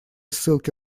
ссылки